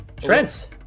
Trent